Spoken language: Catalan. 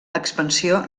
expansió